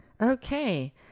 okay